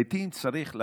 לעיתים צריך לעשות,